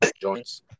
joints